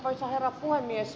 arvoisa herra puhemies